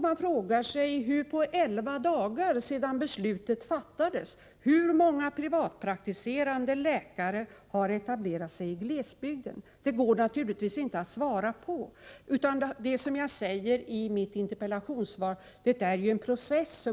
Man frågar också: Hur många privatpraktiserande läkare har etablerat sig i glesbygden? Det går naturligtvis inte att svara efter elva dagar. Som jag säger i mitt interpellationssvar är detta en process.